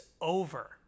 over